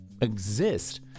exist